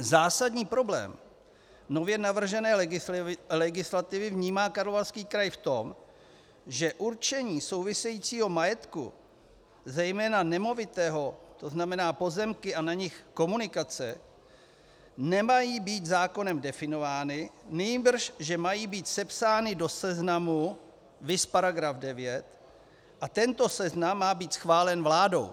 Zásadní problém nově navržené legislativy vnímá Karlovarský kraj v tom, že určení souvisejícího majetku, zejména nemovitého, tzn. pozemky a na nich komunikace, nemají být zákonem definovány, nýbrž že mají být sepsány do seznamu, viz § 9, a tento seznam má být schválen vládou.